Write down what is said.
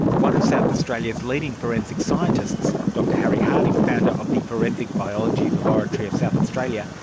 one of south australia's leading forensic scientists, dr harry harding, founder of the forensic biology laboratory of south australia,